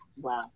wow